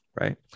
right